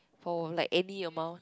for like any amount